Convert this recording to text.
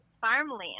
farmland